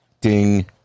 Ding